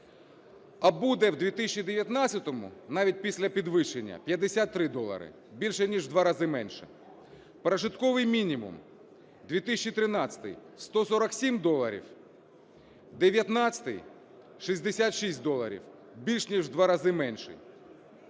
а буде в 2019-му, навіть після підвищення, 53 долара – більше ніж у два рази менше. Прожитковий мінімум: 2013-й – 147 доларів, 2019-й – 66 доларів, більш ніж у два рази менший.